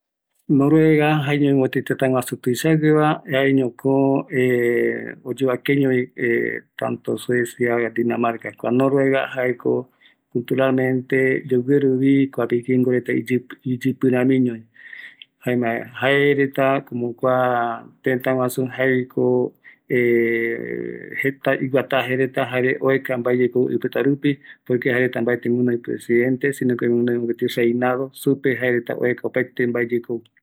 Noruega jaeko mopeti tetaguasu tuisagueva jaeñoko oyovakeñovi tanto Suecia, Dinamarca jare Noruega jaeko culturalmente yogueruvi kua vikingo reta iyipirapiñovi, jaema jaereta como kua tetaguasu jaeviko jeta iguatajereta jare ueka mbae yepe oipotarupi poque jaereta mbaeti gunoi presidente sino que gunoi mopeti reinado, supe jaereta ueka opaete vae oiporuva.